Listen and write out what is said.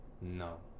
no